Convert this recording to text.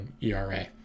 ERA